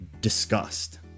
disgust